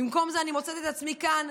ובמקום זה אני מוצאת את עצמי כאן,